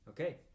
Okay